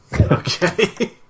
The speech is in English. okay